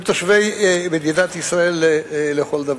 הם תושבי מדינת ישראל לכל דבר.